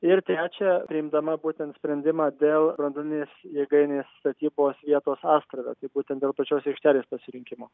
ir trečia priimdama būtent sprendimą dėl branduolinės jėgainės statybos vietos astrave būtent dėl pačios aikštelės pasirinkimo